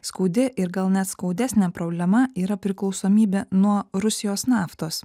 skaudi ir gal net skaudesnė problema yra priklausomybė nuo rusijos naftos